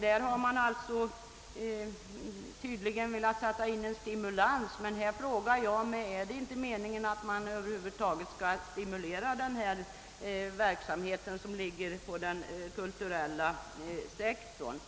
Där har man velat sätta in en stimulans. Nu frågar jag mig: Är det inte meningen att man över huvud taget skall stimulera verksamheten inom den kulturella sektorn?